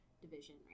division